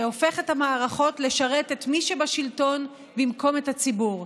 שהופך את המערכות לשרת את מי שבשלטון במקום את הציבור.